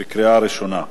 בקריאה ראשונה.